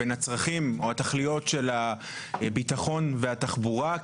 בין הצרכים או התכליות של הביטחון והתחבורה.